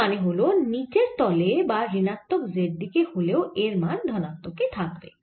এর মানে হল নিচের তলে বা ঋণাত্মক z হলেও এর মান ধনাত্মক থাকবে